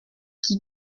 qui